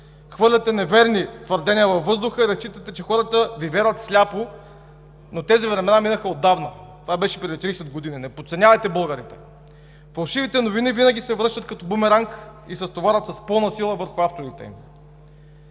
Хвърляте неверни твърдения във въздуха и разчитате, че хората Ви вярват сляпо, но тези времена минаха отдавна. Това беше преди 30 години, не подценявайте българите! Фалшивите новини винаги се връщат като бумеранг и се стоварват с пълна сила върху авторите им.